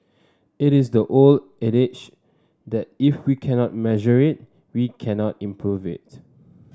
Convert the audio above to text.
it is the old adage that if we cannot measure it we cannot improve it